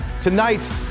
Tonight